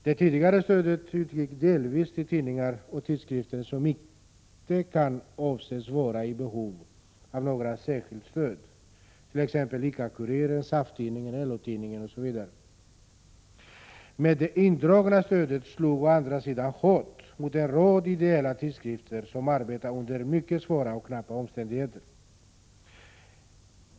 Det tidigare stödet utgick delvis till tidningar och tidskrifter som icke kan anses vara i behov av något särskilt stöd, t.ex. ICA-kuriren, SAF-tidningen, LO-tidningen osv. Men indragningen av stödet slog å andra sidan hårt mot en rad ideella tidskrifter som arbetar under mycket svåra och knappa omständigheter.